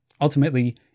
Ultimately